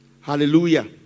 hallelujah